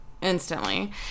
instantly